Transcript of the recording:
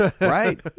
Right